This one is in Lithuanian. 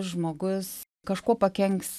žmogus kažkuo pakenks